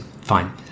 fine